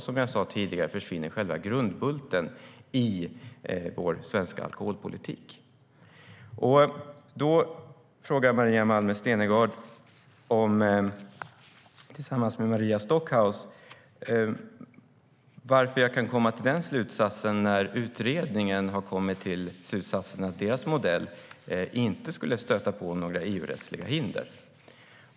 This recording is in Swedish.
Som jag sa tidigare försvinner då själva grundbulten i vår svenska alkoholpolitik. Maria Malmer Stenergard frågar tillsammans med Maria Stockhaus varför jag kommer till den slutsatsen när utredningen har kommit till slutsatsen att deras modell inte skulle stöta på några EU-rättsliga hinder.